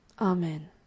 Amen